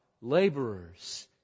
laborers